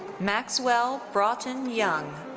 maxwell broughton young.